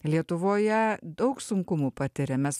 lietuvoje daug sunkumų patiria mes